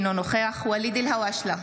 אינו נוכח ואליד אלהואשלה,